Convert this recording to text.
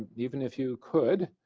even if you could